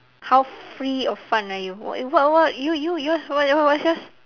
how free or fun are you what what you you yours what yours